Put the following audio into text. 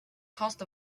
cost